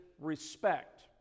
respect